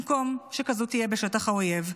במקום שכזאת תהיה בשטח האויב.